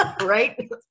right